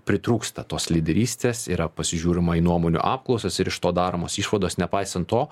pritrūksta tos lyderystės yra pasižiūrima į nuomonių apklausas ir iš to daromos išvados nepaisant to